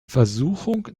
versuchung